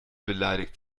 beleidigt